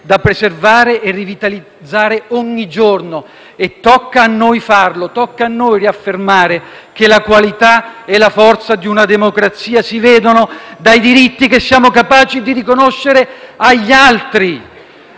da preservare e rivitalizzare ogni giorno. Tocca a noi farlo. Tocca a noi riaffermare che la qualità e la forza di una democrazia si vedono dai diritti che siamo capaci di riconoscere agli altri,